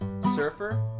surfer